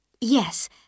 Yes